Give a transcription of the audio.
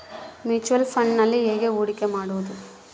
Mutual ಫುಣ್ಡ್ನಲ್ಲಿ ಹೇಗೆ ಹೂಡಿಕೆ ಮಾಡುವುದು?